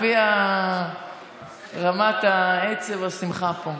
לפי רמת העצב או השמחה פה.